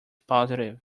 positive